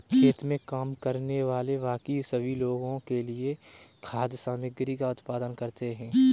खेत में काम करने वाले बाकी सभी लोगों के लिए खाद्य सामग्री का उत्पादन करते हैं